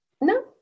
No